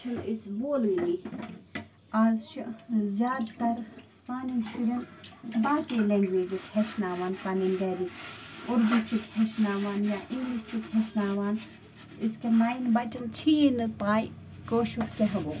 چھِنہٕ أسۍ بولٲنی آز چھِ زیادٕ تر سانٮ۪ن شُرٮ۪ن باقی لینٛگویجِز ہیٚچھناوان پنٕنۍ گرِکۍ اُردو چھِکھ ہیٚچھناوان یا انٛگلِش چھِکھ ہیٚچھناوان أزکٮ۪ن ماین بچن چھِ یی نہٕ پَے کٲشُر کیٛاہ گوٚو